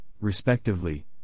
respectively